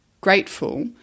grateful